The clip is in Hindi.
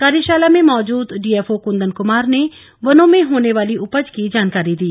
कार्यशाला में मौजूद डीएफओ कुंदन कुमार ने वनों में होने वाली उपज की जानकारी दी